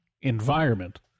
environment